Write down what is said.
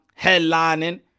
headlining